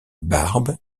barbe